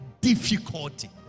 difficulty